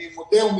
אני מודה ומתוודה.